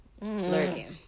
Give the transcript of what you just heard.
lurking